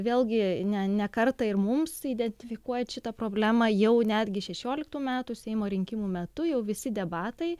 vėlgi ne ne kartą ir mums identifikuojant šitą problemą jau netgi šešioliktų metų seimo rinkimų metu jau visi debatai